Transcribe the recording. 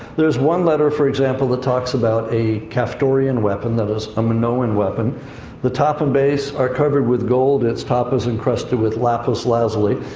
there's one letter, for example, that talks about a caphtorian weapon, that is a minoan weapon the top and base are covered with gold, its top is encrusted with lapis lazuli.